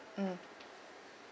mm